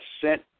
sent